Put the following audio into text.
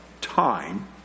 time